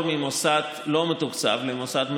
ממוסד לא מתוקצב למוסד מתוקצב,